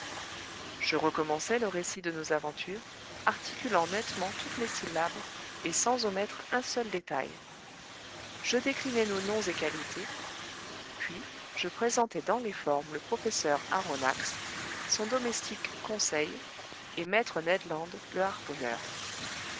je recommençai le récit de nos aventures articulant nettement toutes mes syllabes et sans omettre un seul détail je déclinai nos noms et qualités puis je présentai dans les formes le professeur aronnax son domestique conseil et maître ned land le harponneur